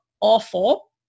awful